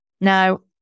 Now